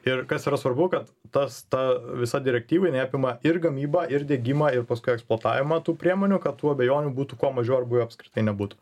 ir kas yra svarbu kad tas ta visa direktyva jinai apima ir gamybą ir diegimą ir paskui eksploatavimą tų priemonių kad tų abejonių būtų kuo mažiau arba jų apskritai nebūtų